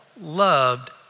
loved